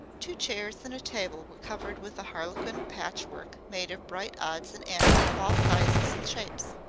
two chairs and a table were covered with a harlequin patchwork made of bright odds and ends of all sizes and shapes.